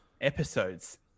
episodes